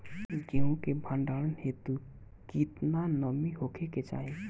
गेहूं के भंडारन हेतू कितना नमी होखे के चाहि?